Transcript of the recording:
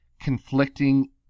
conflicting